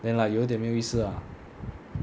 then like 有一点没有意思 lah